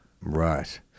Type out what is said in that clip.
Right